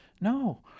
No